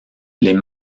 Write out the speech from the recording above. les